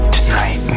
Tonight